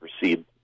proceed